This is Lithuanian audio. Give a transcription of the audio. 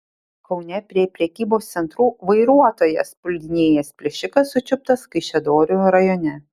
kaune prie prekybos centrų vairuotojas puldinėjęs plėšikas sučiuptas kaišiadorių rajone